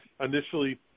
initially